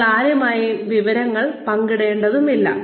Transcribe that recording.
നിങ്ങൾ ആരുമായും വിവരങ്ങൾ പങ്കിടേണ്ടതില്ല